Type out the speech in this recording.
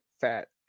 fat